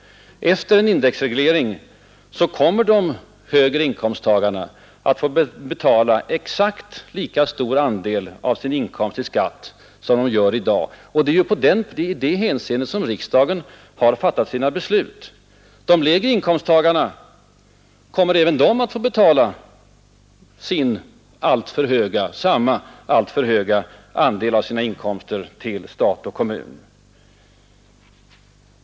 Efter en indexreglering kommer de högre inkomsttagarna att få betala exakt lika stor andel av sin inkomst i skatt som de gör i dag, och det är i det hänseendet som riksdagen har fattat sina beslut. Även de lägre inkomsttagarna kommer att få betala samma alltför stora andel av sina inkomster till stat och kommun.